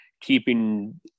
keeping